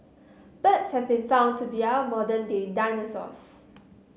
birds have been found to be our modern day dinosaurs